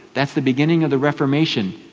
that's the beginning of the reformation,